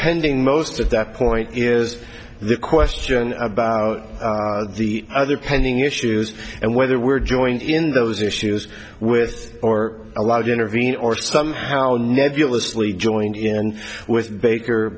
pending most at that point is the question about the other pending issues and whether we're joined in those issues with or a lot of intervene or somehow nebulously joined in with baker